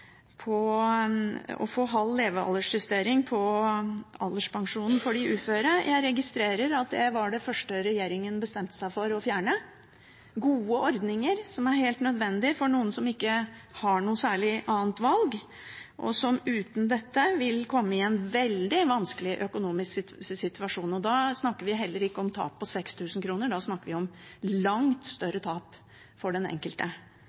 alderspensjonen for de uføre. Jeg registrerer at det var det første regjeringen bestemte seg for å fjerne – gode ordninger som er helt nødvendige for dem som ikke har noe særlig annet valg, og som uten dette vil komme i en veldig vanskelig økonomisk situasjon. Da snakker vi heller ikke om tap på 6 000 kr, da snakker vi om langt større tap for den enkelte.